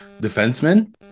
defenseman